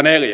neljä